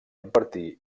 impartir